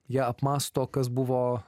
ją apmąsto kas buvo